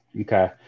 okay